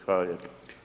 Hvala lijepa.